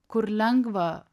kur lengva